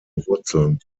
wurzeln